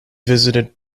visited